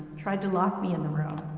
tried to lock me in the room.